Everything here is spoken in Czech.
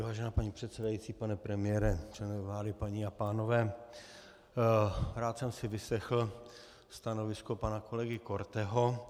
Vážená paní předsedající, pane premiére, členové vlády, paní a pánové, rád jsem si vyslechl stanovisko pana kolegy Korteho.